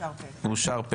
הצבעה אושר.